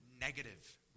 negative